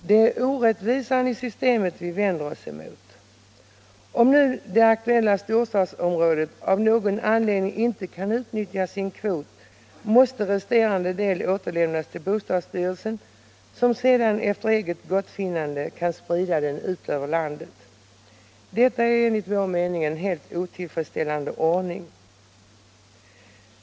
Det är orättvisan i systemet vi vänder oss emot. Om nu det aktuella storstadsområdet av någon anledning inte kan utnyttja sin kvot måste resterande del återlämnas till bostadsstyrelsen, som sedan efter eget gottfinnande kan sprida den ut över landet. Detta är enligt vår mening en otillfredsställande ordning.